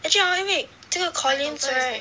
actually hor 因为这个 Collins right